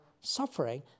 suffering